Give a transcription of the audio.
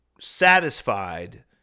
satisfied